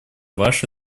ваше